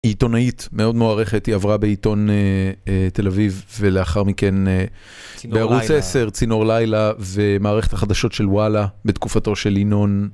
עיתונאית מאוד מוערכת, היא עברה בעיתון תל אביב ולאחר מכן בערוץ עשר, צינור לילה, ומערכת החדשות של וואלה בתקופתו של ינון